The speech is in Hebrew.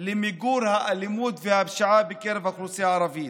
למיגור האלימות והפשיעה בקרב האוכלוסייה הערבית.